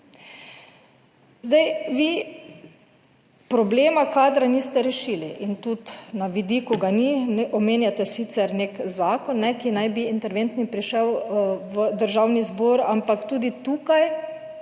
Vi problema kadra niste rešili in tudi na vidiku ga ni. Omenjate sicer nek zakon, ki naj bi, interventni, prišel v Državni zbor, ampak tudi tukaj,